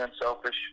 unselfish